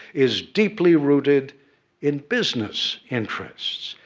is deeply rooted in business interests.